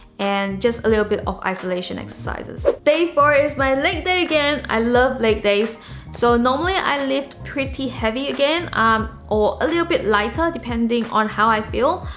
and just a little bit of isolation exercises. day four is my leg day again. i love leg days so, normally i lift pretty heavy again um or a little bit lighter depending on how i feel.